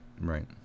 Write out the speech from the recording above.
right